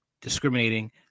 discriminating